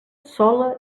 sola